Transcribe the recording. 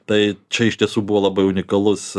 tai čia iš tiesų buvo labai unikalus